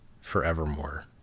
forevermore